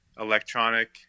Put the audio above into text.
electronic